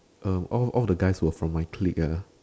um all all the guys were from my clique ah